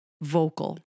vocal